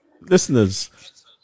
listeners